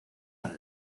para